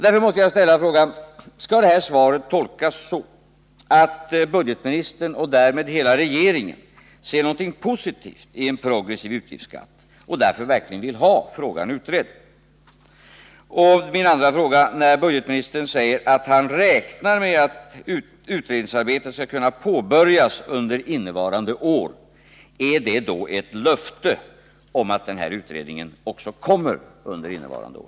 Därför måste jag också ställa ett par frågor: Skall det här svaret tolkas så, att budgetministern, och därmed hela regeringen, ser någonting positivt i en progressiv utgiftsskatt och därför verkligen vill få frågan utredd? När budgetministern säger att han räknar med att utredningsarbetet skall kunna påbörjas under innevarande år blir min fråga: Är det ett löfte om att den här utredningen kommer under innevarande år?